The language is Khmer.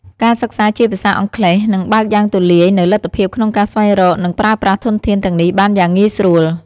ការសិក្សាជាភាសាអង់គ្លេសនឹងបើកយ៉ាងទូលាយនូវលទ្ធភាពក្នុងការស្វែងរក និងប្រើប្រាស់ធនធានទាំងនេះបានយ៉ាងងាយស្រួល។